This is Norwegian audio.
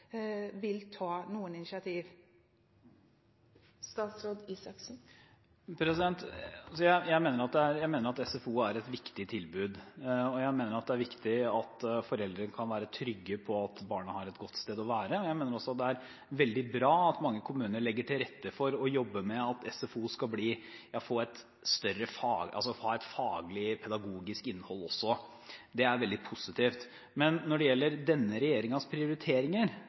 ta noen initiativ? Jeg mener at SFO er et viktig tilbud, og jeg mener at det er viktig at foreldrene kan være trygge på at barna har et godt sted å være. Jeg mener også det er veldig bra at mange kommuner legger til rette for og jobber med at SFO skal ha et faglig, pedagogisk innhold også. Det er veldig positivt. Men når det gjelder denne regjeringens prioriteringer,